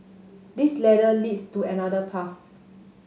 this ladder leads to another path